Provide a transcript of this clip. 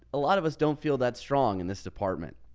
a lot of us don't feel that strong in this department.